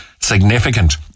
significant